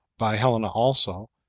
by helena also,